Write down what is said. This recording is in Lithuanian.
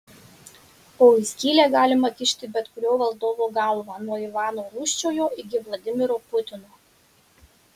o į skylę galima kišti bet kurio valdovo galvą nuo ivano rūsčiojo iki vladimiro putino